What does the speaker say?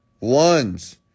Ones